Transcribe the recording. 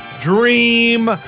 Dream